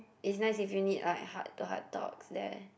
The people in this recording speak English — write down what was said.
it's nice if you need a heart to heart talks there